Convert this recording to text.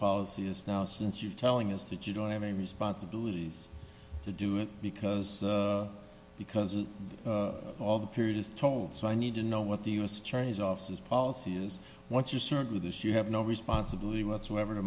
policy is now since you telling us that you don't have any responsibilities to do it because because of all the period is told so i need to know what the u s attorney's office is policy is what you served with this you have no responsibility whatsoever to